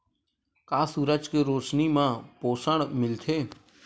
का सूरज के रोशनी म पोषण मिलथे?